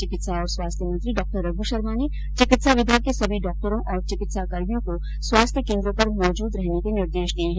चिकित्सा और स्वाथ्य मंत्री डॉ रघु शर्मा ने चिकित्सा विभाग के सभी डॉक्टरों और चिकित्सा कर्मियों को स्वास्थ्य केन्द्रों पर मौजूद रहने के निर्देश दिये है